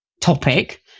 topic